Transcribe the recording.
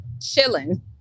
Chilling